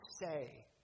say